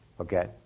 Okay